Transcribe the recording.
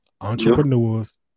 entrepreneurs